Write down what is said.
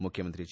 ಮುಖ್ಯಮಂತ್ರಿ ಎಚ್